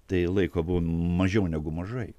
tai laiko buvo mažiau negu mažai